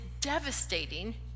devastating